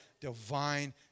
divine